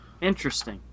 Interesting